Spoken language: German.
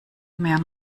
mehr